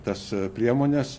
tas priemones